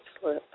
slip